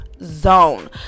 zone